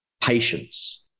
patience